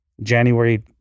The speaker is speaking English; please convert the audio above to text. January